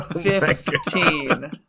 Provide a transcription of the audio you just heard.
Fifteen